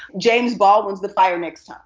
james baldwin's the fire next time